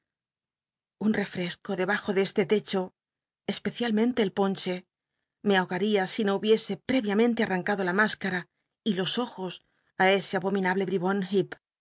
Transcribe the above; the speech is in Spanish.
un refresco debajo k este techo especialmente el ponche me ahogaría si no hubiese previamente arrancado la m i cara y los ojos í ese abominable